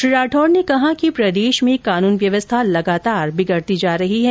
श्री राठौड ने कहा कि प्रदेश में कानून व्यवस्था लगातार बिगड़ती जा रही है